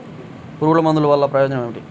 పురుగుల మందుల వల్ల ప్రయోజనం ఏమిటీ?